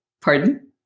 Pardon